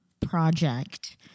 project